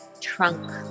trunk